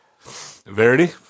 Verity